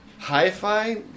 Hi-fi